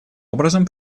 образом